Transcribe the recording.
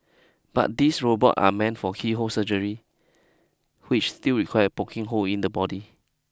but these robots are meant for keyhole surgery which still requires poking holes in the body